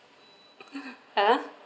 !huh!